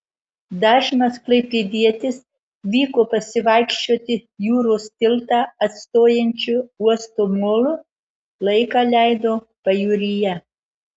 dažnas klaipėdietis vyko pasivaikščioti jūros tiltą atstojančiu uosto molu laiką leido pajūryje